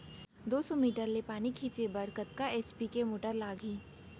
दो सौ मीटर ले पानी छिंचे बर कतका एच.पी के मोटर लागही?